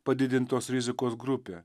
padidintos rizikos grupė